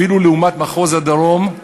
אפילו לעומת מחוז הדרום,